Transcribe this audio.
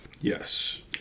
Yes